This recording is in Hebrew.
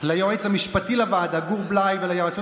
ליועץ המשפטי לוועדה גור בליי וליועצות